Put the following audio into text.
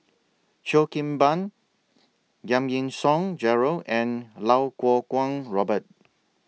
Cheo Kim Ban Giam Yean Song Gerald and Lau Kuo Kwong Robert